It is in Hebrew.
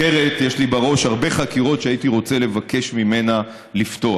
אחרת יש לי בראש הרבה חקירות שהייתי רוצה לבקש ממנה לפתוח,